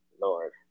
Lord